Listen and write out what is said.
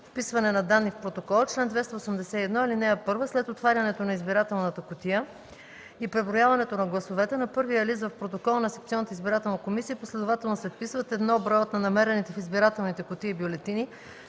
„Вписване на данни в протокола Чл. 281. (1) След отварянето на избирателната кутия и преброяването на гласовете, на първия лист в протокола на секционната избирателна комисия последователно се вписват: 1. броят на намерените в избирателните кутии бюлетини;